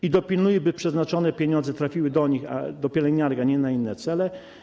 I dopilnuje, by przeznaczone pieniądze trafiły do nich, do pielęgniarek, a nie na inne cele?